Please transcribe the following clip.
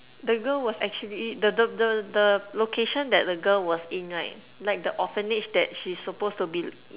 the girl was actually the the the the location that the girl was in right like the orphanage that she's supposed to be